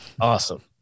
Awesome